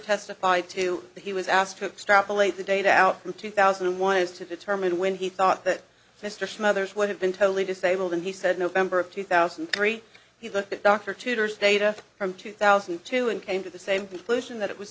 that he was asked to extrapolate the data out from two thousand and one is to determine when he thought that mr smothers would have been totally disabled and he said november of two thousand and three he looked at dr tutors data from two thousand and two and came to the same conclusion that it was